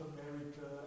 America